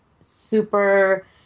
super